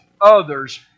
others